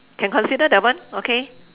can consider that one okay